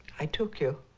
i took you